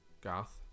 Garth